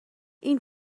این